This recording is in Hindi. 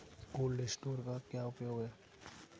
कोल्ड स्टोरेज का क्या उपयोग है?